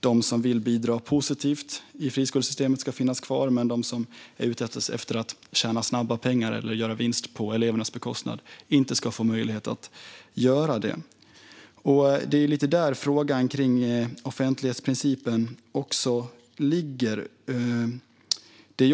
De som vill bidra positivt i friskolesystemet ska kunna finnas kvar, men de som är ute efter att tjäna snabba pengar eller göra vinst på elevernas bekostnad ska inte ha möjlighet att göra det. Det är lite där frågan om offentlighetsprincipen ligger.